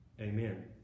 Amen